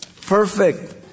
perfect